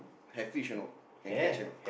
have fish or not can catch or not